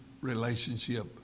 relationship